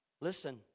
Listen